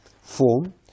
form